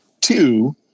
two